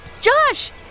Josh